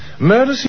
Murder